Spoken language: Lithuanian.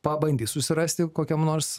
pabandys susirasti kokiam nors